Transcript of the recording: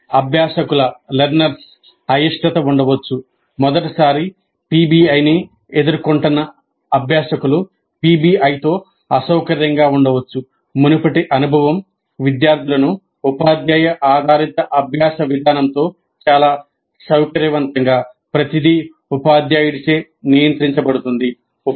అప్పుడు అభ్యాసకుల అయిష్టత ఉండవచ్చు మొదటిసారి పిబిఐని ఎదుర్కొంటున్న అభ్యాసకులు పిబిఐతో అసౌకర్యంగా ఉండవచ్చు మునుపటి అనుభవం విద్యార్థులను ఉపాధ్యాయ ఆధారిత అభ్యాస విధానంతో చాలా సౌకర్యవంతంగా ప్రతిదీ ఉపాధ్యాయుడిచే నియంత్రించబడుతుంది